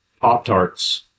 Pop-Tarts